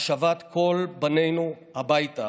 להשבת כל בנינו הביתה